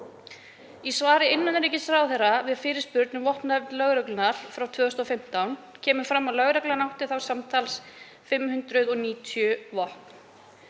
Í svari innanríkisráðherra við fyrirspurn um vopnaeign lögreglunnar frá 2015 kemur fram að lögreglan átti þá samtals 590 vopn.